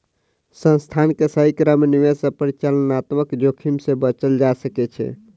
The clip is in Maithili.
संस्थान के सही क्रम में निवेश सॅ परिचालनात्मक जोखिम से बचल जा सकै छै